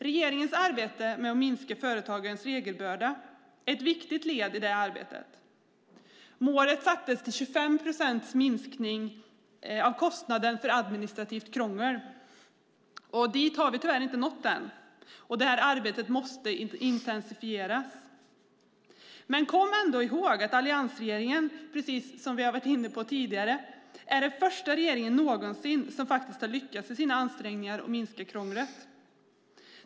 Regeringens arbete med att minska företagens regelbörda är ett viktigt led i det arbetet. Målet sattes till 25 procents minskning av kostnaden för administrativt krångel. Dit har vi tyvärr inte nått än. Arbetet måste intensifieras. Kom ändå ihåg att alliansregeringen, precis som vi har varit inne på tidigare, är den första regering någonsin som faktiskt har lyckats i sina ansträngningar att minska krånglet.